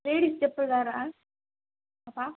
ladies chappal வேர்ரா அப்பா